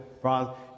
bronze